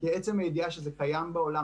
עצם הידיעה שזה קיים בעולם,